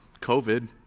COVID